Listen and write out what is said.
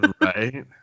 right